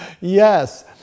Yes